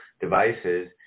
devices